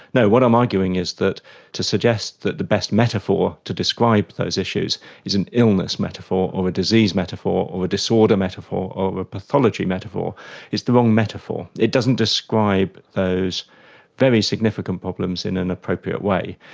no, what i'm arguing is that to suggest that the best metaphor to describe those issues is an illness metaphor or a disease metaphor or a disorder metaphor or a pathology metaphor is the wrong metaphor. it doesn't describe those very significant problems in an appropriate way.